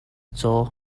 caw